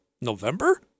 November